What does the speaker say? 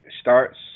starts